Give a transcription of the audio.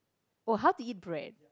oh how to eat bread